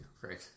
great